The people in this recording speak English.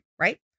right